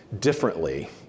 differently